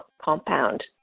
compound